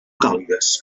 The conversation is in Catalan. càlides